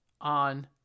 on